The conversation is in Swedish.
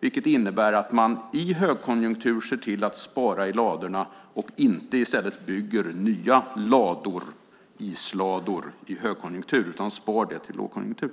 Det innebär att man i högkonjunktur ser till att spara i ladorna, att man inte bygger nya islador i högkonjunktur utan sparar till lågkonjunktur.